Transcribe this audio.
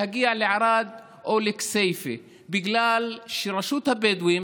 להגיע לערד או לכסייפה בגלל שרשות הבדואים